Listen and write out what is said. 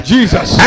Jesus